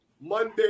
Monday